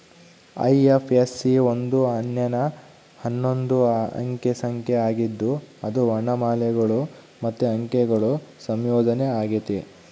IFSC ಒಂದು ಅನನ್ಯ ಹನ್ನೊಂದು ಅಂಕೆ ಸಂಖ್ಯೆ ಆಗಿದ್ದು ಅದು ವರ್ಣಮಾಲೆಗುಳು ಮತ್ತೆ ಅಂಕೆಗುಳ ಸಂಯೋಜನೆ ಆಗೆತೆ